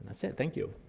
that's it. thank you.